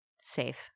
safe